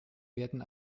werden